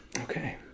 Okay